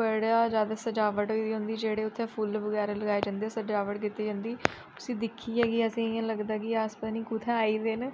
बड़ा ज्यादा सजावट होई दी होंदी जेह्ड़े उत्थे फुल्ल बगैरा लगाए जंदे सजावट कीती जंदी उसी दिक्खियै कि असें इयां लगदा कि अस पता नी कुत्थें आई गेदे न